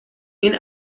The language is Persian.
این